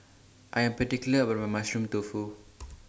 I Am particular about My Mushroom Tofu